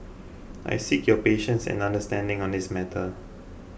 I seek your patience and understanding on this matter